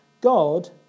God